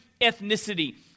ethnicity